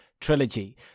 trilogy